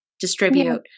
distribute